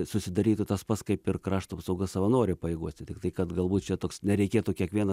susidarytų tas pats kaip ir krašto apsaugos savanorių pajėgose tiktai kad galbūt čia toks nereikėtų kiekvieną